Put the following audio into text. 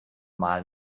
mal